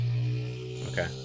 Okay